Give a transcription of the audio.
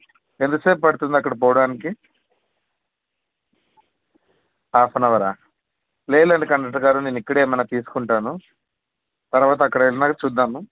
ఎంతసేపు పడుతుంది అక్కడికి పోవడానికి హాఫ్ అన్ అవరా లేదులేండి కండెక్టర్ గారు నేను ఇక్కడే ఏమన్నా తీసుకుంటాను తర్వాత అక్కడ వెళ్ళినాక చూద్దాము